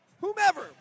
whomever